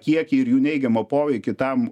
kiekį ir jų neigiamą poveikį tam